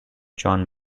john